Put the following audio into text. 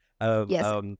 Yes